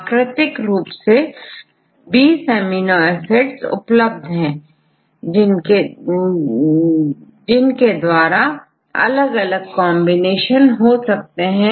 प्राकृतिक रूप से 20एमिनो एसिड उपलब्ध है यह अमीनो एसिड के द्वारा अलग अलग कॉन्बिनेशन हो सकते हैं